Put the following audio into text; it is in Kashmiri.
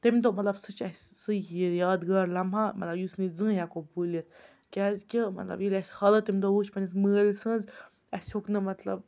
تیمہِ دۄہ مطلب سُہ چھُ اَسہِ سُہ یادگار لَمحہ مطلب یُس نہٕ أسۍ زٕہنۍ ہیٚکو بُولِتھ کیٛازِکہِ مطلب ییٚلہِ اَسہِ حالات تمہِ دۄہ وُچھ پنٛنِس مٲلۍ سنٛز سٕنٛز اَسہِ ہیوٚک نہٕ مطلب